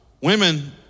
Women